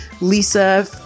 Lisa